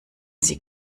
sie